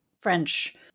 French